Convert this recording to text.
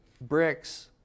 bricks